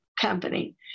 company